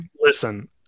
Listen